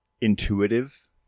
intuitive